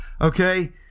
okay